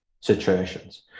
situations